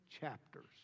chapters